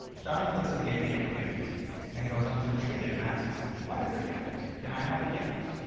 jomny thinks of the idea of a gift and goes up to the tree and asks, what is a gift? can i have a gift?